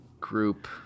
group